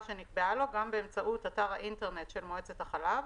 שנקבעה לו גם באמצעות אתר האינטרנט של מועצת החלב,